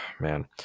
man